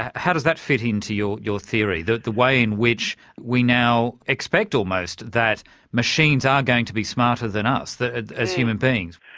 how does that fit in to your your theory, that the way in which we now expect almost that machines are going to be smarter than us, as as human beings.